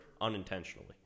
unintentionally